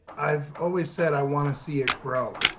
i've always said, i wanna see it grow.